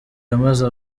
yamaze